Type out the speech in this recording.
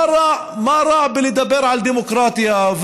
מה רע בלדבר על דמוקרטיה,